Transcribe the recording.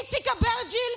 איציק אברג'יל,